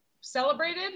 celebrated